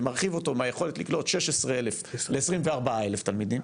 ומרחיב אותו מהיכולת לקלוט 16,000 ל- 24,000 תלמידים,